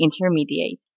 Intermediate